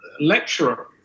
lecturer